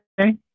okay